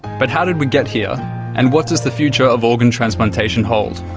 but how did we get here and what does the future of organ transplantation hold?